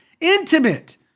intimate